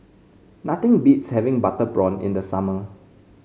nothing beats having Butter Prawn in the summer